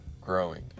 growing